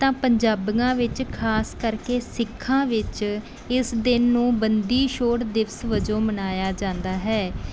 ਤਾਂ ਪੰਜਾਬੀਆਂ ਵਿੱਚ ਖਾਸ ਕਰਕੇ ਸਿੱਖਾਂ ਵਿੱਚ ਇਸ ਦਿਨ ਨੂੰ ਬੰਦੀ ਛੋੜ ਦਿਵਸ ਵਜੋਂ ਮਨਾਇਆ ਜਾਂਦਾ ਹੈ